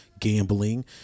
gambling